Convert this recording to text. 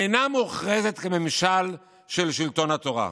אינה מוכרזת כממשל של שלטון התורה,